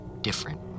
different